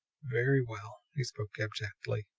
very well, he spoke abjectly.